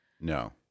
No